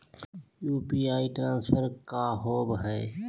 UPI transfer का होव हई?